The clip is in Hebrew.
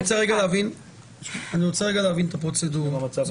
אני רוצה להבין רגע את הפרוצדורה.